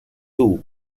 too